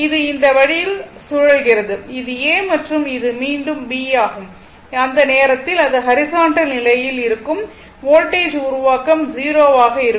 இது இந்த வழியில் சுழல்கிறது இது A மற்றும் இது மீண்டும் B ஆகும் அந்த நேரத்தில் அது ஹாரிசான்டல் நிலையில் இருக்கும் வோல்ட்டேஜ் உருவாக்கம் 0 ஆக இருக்கும்